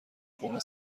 قرمه